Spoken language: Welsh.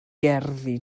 gerddi